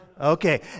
Okay